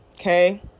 Okay